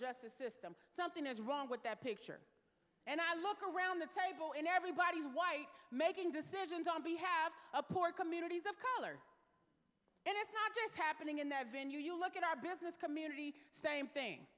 justice system something is wrong with that picture and i look around the table in everybody's white making decisions on be have a poor communities of color it is not just happening in that venue you look at our business community same thing